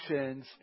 actions